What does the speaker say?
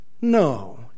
no